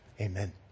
Amen